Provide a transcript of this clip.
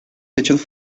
hechos